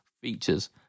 features